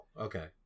okay